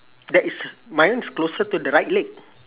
that is uh mine's closer to the right leg